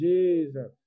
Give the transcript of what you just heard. Jesus